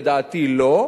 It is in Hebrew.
לדעתי לא,